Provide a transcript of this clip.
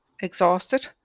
exhausted